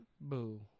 Boo